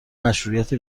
مشروعیت